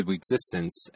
existence